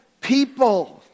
people